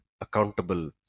accountable